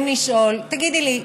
לשאול: תגידי לי,